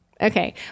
Okay